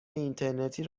اینترنتی